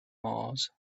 mars